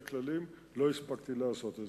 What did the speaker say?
לא הספקתי לעשות זאת.